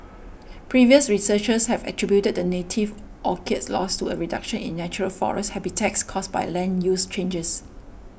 previous researchers have attributed the native orchid's loss to a reduction in natural forest habitats caused by land use changes